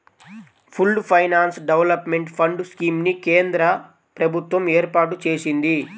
pooled finance development fund scheme ని కేంద్ర ప్రభుత్వం ఏర్పాటు చేసింది